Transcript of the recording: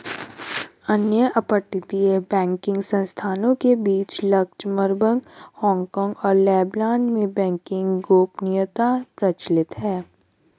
अन्य अपतटीय बैंकिंग संस्थानों के बीच लक्ज़मबर्ग, हांगकांग और लेबनान में बैंकिंग गोपनीयता प्रचलित है